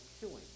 killing